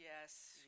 Yes